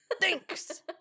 Thanks